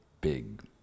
big